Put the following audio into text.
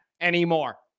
anymore